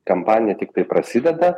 kampanija tiktai prasideda